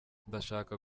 ndashaka